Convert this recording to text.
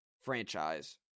franchise